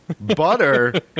butter